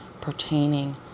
pertaining